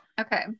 okay